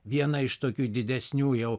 viena iš tokių didesnių jau